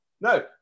No